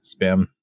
spam